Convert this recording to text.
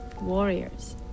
Warriors